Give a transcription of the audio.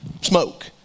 smoke